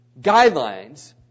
guidelines